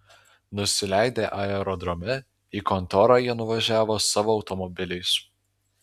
nusileidę aerodrome į kontorą jie nuvažiavo savo automobiliais